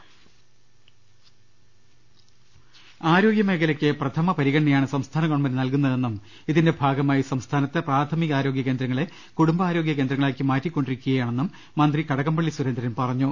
രുടെട്ടിട ആരോഗൃമേഖലക്ക് പ്രഥമ പരിഗണനയാണ് സംസ്ഥാന ഗവൺമെന്റ് നൽകുന്നതെന്നും ഇതിന്റെ ഭാഗമായി സംസ്ഥാനത്തെ പ്രാഥമിക ആരോഗ്യ കേന്ദ്രങ്ങളെ കുടുംബ ആരോഗ്യ കേന്ദ്രങ്ങളാക്കി മാറ്റികൊണ്ടിരിക്കുകയാ ണെന്നും മ്യന്തി കടകംപ്പള്ളി സുരേന്ദ്രൻ പറഞ്ഞു